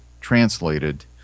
translated